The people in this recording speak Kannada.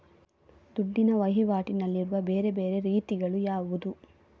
ದುಡ್ಡಿನ ವಹಿವಾಟಿನಲ್ಲಿರುವ ಬೇರೆ ಬೇರೆ ರೀತಿಗಳು ಯಾವುದು?